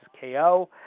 KO